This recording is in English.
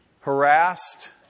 Harassed